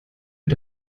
mit